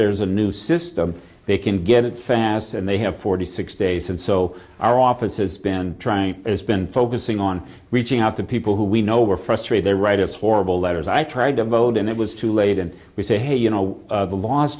there's a new system they can get it fast and they have forty six days and so our offices been trying as been focusing on reaching out to people who we know were frustrate their right as horrible letters i tried to vote and it was too late and we say hey you know the l